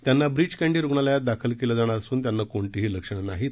त्यांना ब्रीच कँडी रुग्णालयात दाखल केलं जाणार असून त्यांना कोणतीही लक्षणे नाहीत